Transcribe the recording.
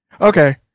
Okay